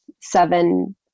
seven